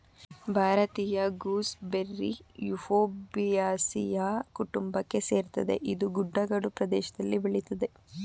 ಭಾರತೀಯ gooseberry Euphorbiaceae ಕುಟುಂಬಕ್ಕೆ ಸೇರ್ತದೆ ಇದು ಗುಡ್ಡಗಾಡು ಪ್ರದೇಷ್ದಲ್ಲಿ ಬೆಳಿತದೆ